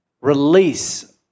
release